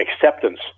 acceptance